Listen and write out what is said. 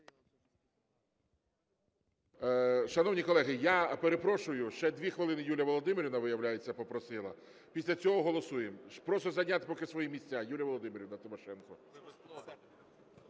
Шановні колеги, я перепрошую, ще 2 хвилини Юлія Володимирівна, виявляється, попросила. Після цього голосуємо. Прошу зайняти поки свої місця. Юлія Володимирівна Тимошенко.